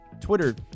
Twitter